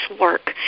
work